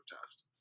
test